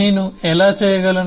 నేను ఎలా చేయగలను